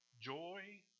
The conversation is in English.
Joy